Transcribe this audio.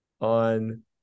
on